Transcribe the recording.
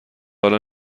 حالا